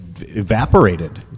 evaporated